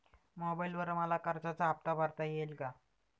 मोबाइलवर मला कर्जाचा हफ्ता भरता येईल का?